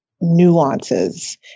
nuances